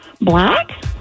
Black